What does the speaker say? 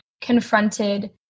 confronted